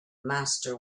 master